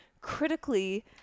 Critically